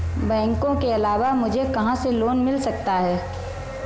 बैंकों के अलावा मुझे कहां से लोंन मिल सकता है?